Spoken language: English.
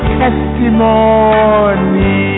testimony